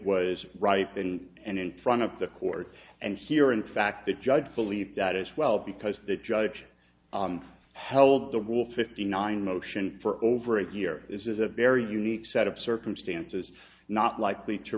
was right then and in front of the court and here in fact the judge believed that as well because the judge held the rule fifty nine motion for over a year is a very unique set of circumstances not likely to